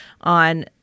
on